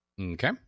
Okay